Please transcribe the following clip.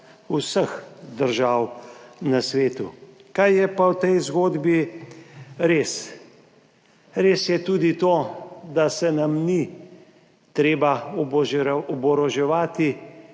vseh držav na svetu. Kaj je pa v tej zgodbi res? Res je tudi to, da se nam ni treba oboroževati,